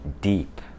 deep